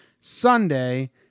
Sunday